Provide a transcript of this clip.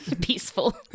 peaceful